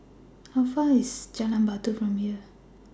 How Far away IS Jalan Batu from here